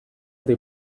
the